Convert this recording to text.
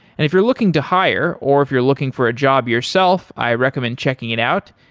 if you're looking to hire, or if you're looking for a job yourself, i recommend checking it out.